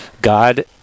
God